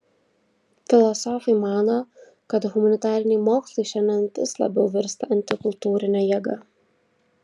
filosofai mano kad humanitariniai mokslai šiandien vis labiau virsta antikultūrine jėga